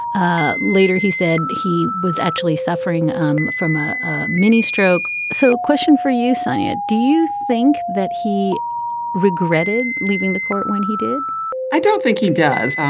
ah later he said he was actually suffering um from ah a mini stroke. so question for you sonia. do you think that he regretted leaving the court when he did i don't think he does.